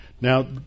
Now